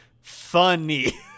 funny